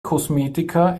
kosmetika